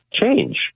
change